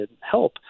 help